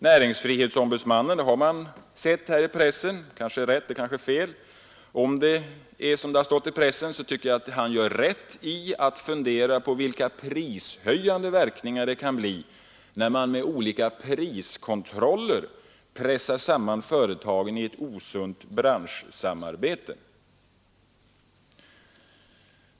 Näringsfrihetsombudsmannen har, enligt pressen — och om detta är riktigt gör han rätt i det — börjat fundera på vilka de prishöjande verkningarna kan bli när man med olika priskontroller pressar samman företagen i ett osunt branschsamarbete.